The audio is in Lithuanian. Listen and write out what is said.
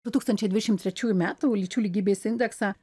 du tūkstančiai dvišim trečiųjų metų lyčių lygybės indeksą